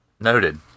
Noted